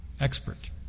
expert